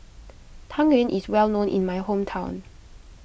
Tang Yuen is well known in my hometown